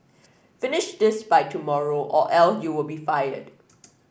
finish this by tomorrow or else you'll be fired